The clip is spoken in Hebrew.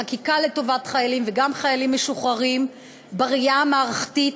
חקיקה לטובת חיילים וגם חיילים משוחררים בראייה המערכתית,